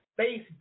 Facebook